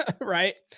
right